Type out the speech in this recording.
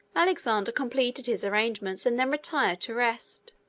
alexander completed his arrangements, and then retired to rest.